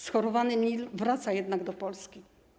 Schorowany Nil wraca jednak do Polski.